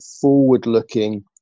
forward-looking